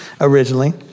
originally